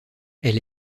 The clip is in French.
elle